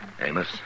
Amos